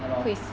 ya lor